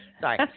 Sorry